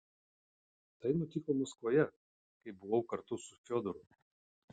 tai nutiko maskvoje kai buvau kartu su fiodoru